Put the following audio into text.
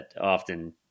often